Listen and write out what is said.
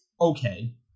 okay